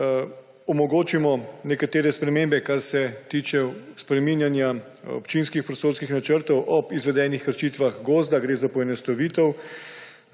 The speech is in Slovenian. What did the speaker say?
Omogočimo nekatere spremembe, kar se tiče spreminjanja občinskih prostorskih načrtov ob izvedenih krčitvah gozda. Gre za poenostavitev.